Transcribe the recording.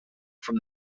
from